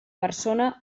persona